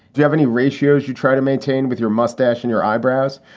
you have any ratio's you try to maintain with your mustache and your eyebrows?